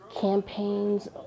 campaigns